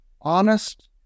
Honest